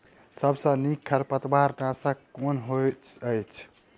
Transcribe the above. सबसँ नीक खरपतवार नाशक केँ अछि?